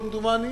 כמדומני,